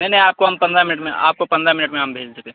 نہیں نہیں آپ کو ہم پندرہ منٹ میں آپ کو پندرہ منٹ میں ہم بھیج دیتے ہیں